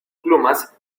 plumas